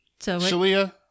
Shalia